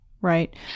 right